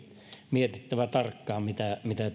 mietittävä tarkkaan mitä mitä